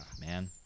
Man